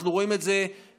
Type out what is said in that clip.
אנחנו רואים את זה בחמץ,